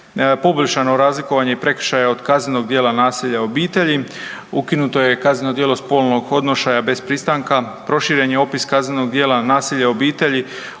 poboljšano razlikovanje i prekršaja od kaznenog djela nasilja u obitelji, ukinuto je kazneno djelo spolnog odnošaja bez pristanka proširen je opis kaznenog djela nasilje u obitelji